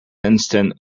instant